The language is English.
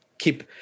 keep